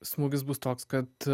smūgis bus toks kad